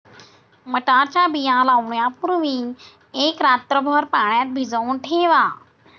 मटारच्या बिया लावण्यापूर्वी एक रात्रभर पाण्यात भिजवून ठेवा